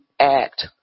act